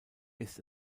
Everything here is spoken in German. ist